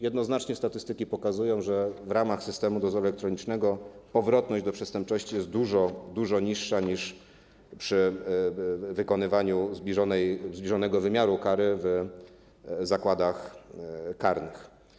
Jednoznacznie statystyki pokazują, że w ramach systemu dozoru elektronicznego powrotność do przestępczości jest dużo, dużo niższa niż przy wykonywaniu zbliżonego wymiaru kary w zakładach karnych.